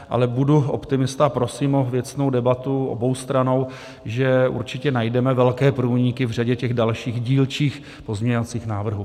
Ale budu optimista a prosím o věcnou debatu oboustrannou, že určitě najdeme velké průniky v řadě těch dalších dílčích pozměňovacích návrhů.